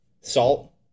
salt